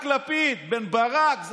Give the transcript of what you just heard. רק לפיד, בן ברק.